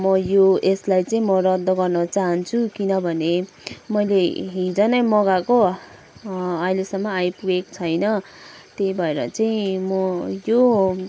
म यो यसलाई चाहिँ म रद्द गर्न चाहन्छु किनभने मैले हिजो नै मगाएको अहिलेसम्म आइपुगेको छैन त्यही भएर चाहिँ म यो